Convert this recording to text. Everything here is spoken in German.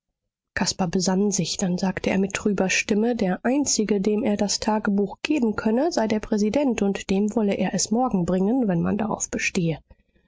caspar besann sich dann sagte er mit trüber stimme der einzige dem er das tagebuch geben könne sei der präsident und dem wolle er es morgen bringen wenn man darauf bestehe